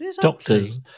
doctors